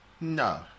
No